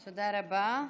תודה רבה.